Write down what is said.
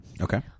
okay